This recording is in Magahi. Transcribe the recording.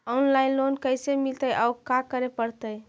औनलाइन लोन कैसे मिलतै औ का करे पड़तै?